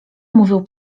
mówią